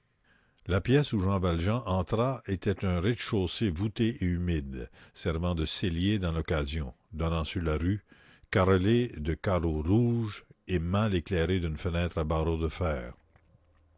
la pièce où jean valjean entra était un rez-de-chaussée voûté et humide servant de cellier dans l'occasion donnant sur la rue carrelé de carreaux rouges et mal éclairé d'une fenêtre à barreaux de fer